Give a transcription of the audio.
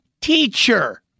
teacher